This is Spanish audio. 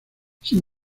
sin